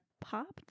popped